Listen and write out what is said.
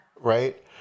Right